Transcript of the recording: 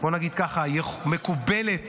בוא נגיד ככה: מקובלת